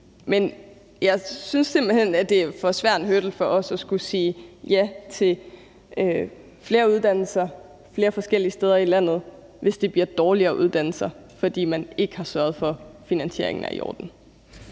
Men jeg synes simpelt hen, at det er for svær en hurdle for os at skulle sige ja til flere forskellige uddannelser forskellige steder i landet, hvis det bliver dårligere uddannelser, fordi man ikke har sørget for, at finansieringen er i orden.